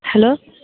hello